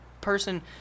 person